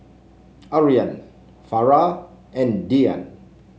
Aryan Farah and Dian